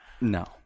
No